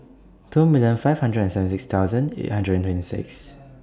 two million five hundred and seventy six thousand eight hundred and twenty six